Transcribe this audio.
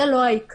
זה לא העיקר,